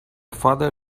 father